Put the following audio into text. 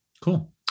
Cool